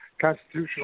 Constitutional